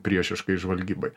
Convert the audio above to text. priešiškai žvalgybai